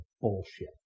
bullshit